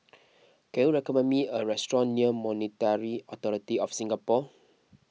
can you recommend me a restaurant near Monetary Authority of Singapore